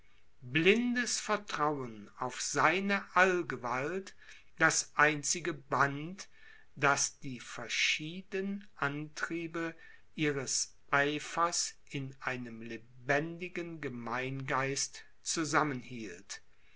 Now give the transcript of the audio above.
blindes vertrauen auf seine allgewalt das einzige band das die verschieden antriebe ihres eifers in einem lebendigen gemeingeist zusammenhielt